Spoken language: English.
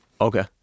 Okay